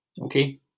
Okay